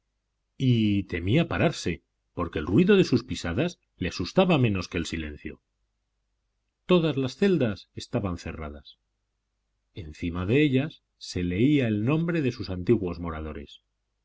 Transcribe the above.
y temía pararse porque el ruido de sus pisadas le asustaba menos que el silencio todas las celdas estaban cerradas encima de ellas se leía el nombre de sus antiguos moradores